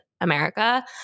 America